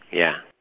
ya